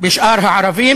אצל שאר האזרחים.